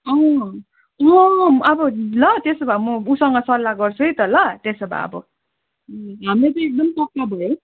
अँ अँ अब ल त्यसो भए म उसँग सल्लाह गर्छु है त ल त्यसो भए अब हाम्रो त एकदम पक्का भयो है